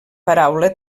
paraula